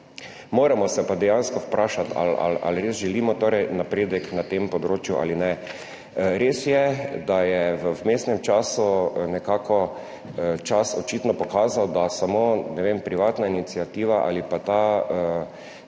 Moramo pa se dejansko vprašati, ali res želimo torej napredek na tem področju ali ne. Res je, da je v vmesnem času nekako čas očitno pokazal, da samo privatna iniciativa ali pa ta